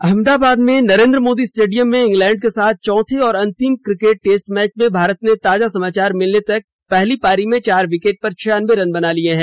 अहमदाबाद में नरेन्द्र मोदी स्टेडियम में इंग्लैंड के साथ चौथे और अंतिम क्रिकेट टेस्टे मैच में भारत ने ताजा समाचार मिलने तक पहली पारी में चार विकेट पर छियानबे बना लिए हैं